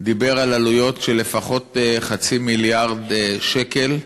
דיבר על עלויות של לפחות חצי מיליארד שקל,